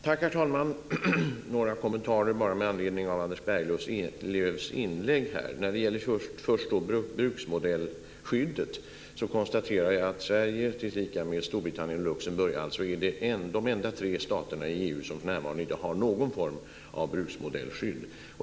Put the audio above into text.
Herr talman! Jag har bara några kommentarer med anledning av Anders Berglövs anförande. Först när det gäller bruksmodellskyddet konstaterar jag att Sverige i likhet med Storbritannien och Luxemburg är de enda tre staterna i EU som för närvarande inte har någon form av bruksmodellskydd.